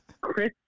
Chris